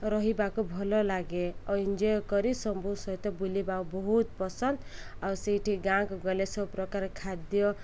ରହିବାକୁ ଭଲ ଲାଗେ ଆଉ ଏନ୍ଜଏ କରି ସବୁ ସହିତ ବୁଲିବାକୁ ବହୁତ ପସନ୍ଦ ଆଉ ସେଇଠି ଗାଁକୁ ଗଲେ ସବୁପ୍ରକାର ଖାଦ୍ୟ